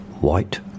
White